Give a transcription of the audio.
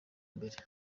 mbere